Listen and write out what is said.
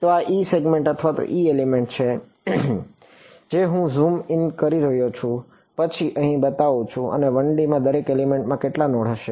તો આ e segment અથવા e એલિમેન્ટ છે જે હું ઝૂમ ઇન કરી રહ્યો છું અને પછી અહીં બતાવું છું અને 1D માં દરેક એલિમેન્ટમાં કેટલા નોડ હશે